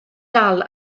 dal